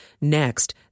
Next